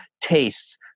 tastes